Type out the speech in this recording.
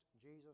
Jesus